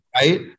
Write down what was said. right